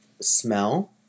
smell